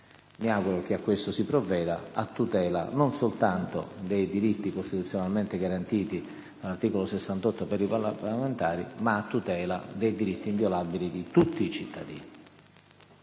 Mi auguro che a ciò si provveda a tutela non soltanto dei diritti costituzionalmente garantiti all'articolo 68 per i parlamentari, ma anche dei diritti inviolabili di tutti i cittadini.